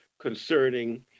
concerning